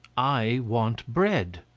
i want bread.